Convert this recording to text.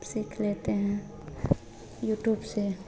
सीख लेते हैं यूटूब से